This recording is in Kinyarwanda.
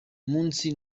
munsi